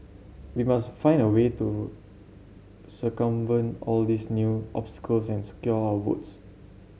we must find a way to circumvent all these new and secure our votes